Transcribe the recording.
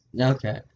Okay